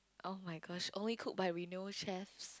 oh-my-gosh only cooked by renowned chefs